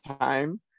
time